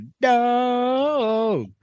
Dog